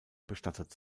bestattet